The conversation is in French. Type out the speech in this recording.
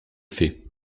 fait